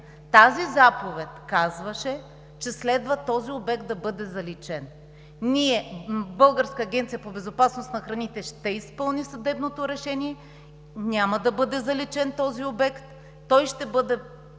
Тази заповед казваше, че следва този обект да бъде заличен. Българска агенция за безопасност на храните ще изпълни съдебното решение, няма да бъде заличен този обект. Той ще бъде